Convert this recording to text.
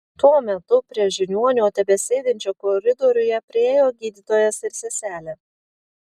tuo metu prie žiniuonio tebesėdinčio koridoriuje priėjo gydytojas ir seselė